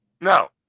No